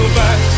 back